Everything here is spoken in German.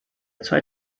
zwei